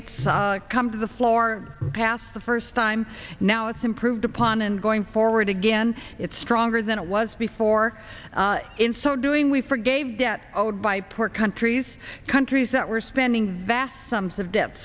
it's come to the floor pass the first time now it's improved upon and going forward again it's stronger than it was before in so doing we forgave debt owed by poor countries countries that were spending vast sums of dept